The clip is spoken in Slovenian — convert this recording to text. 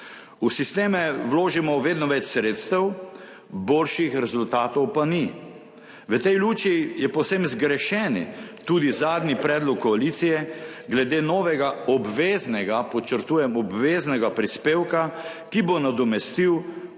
V sisteme vložimo vedno več sredstev, boljših rezultatov pa ni. V tej luči je povsem zgrešen tudi zadnji predlog koalicije glede novega obveznega, podčrtujem obveznega prispevka, ki bo nadomestil